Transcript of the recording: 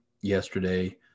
yesterday